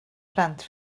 plant